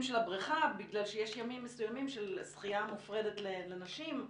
של הבריכה בגלל שיש ימים מסוימים של שחייה מופרדת לנשים,